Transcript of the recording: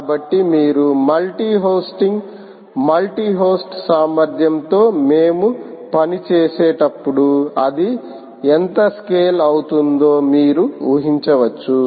కాబట్టి మీరు multi hosting multi host సామర్ధ్యంతో మేము పని చేసేటప్పుడు అది ఎంత స్కేల్ అవుతుందో మీరు ఉహించవచ్చు